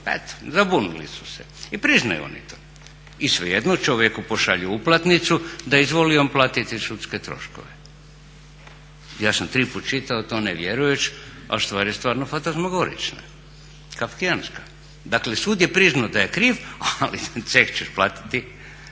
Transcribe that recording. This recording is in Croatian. eto zabunili su se i priznaju oni to i svejedno čovjeku pošalju uplatnicu da izvoli on platiti sudske troškove. Ja sam triput čitao to ne vjerujuć' ali stvar je stvarno fantazmagorična, kafkijanska. Dakle sud je priznao da je kriv, ali ceh ćeš platiti.